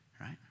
right